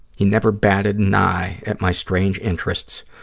he never batted an eye at my strange interests,